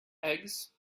eggs